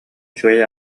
үчүгэй